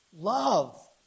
love